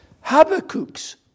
Habakkuk's